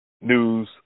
news